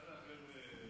יאללה, חבר'ה.